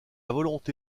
volonté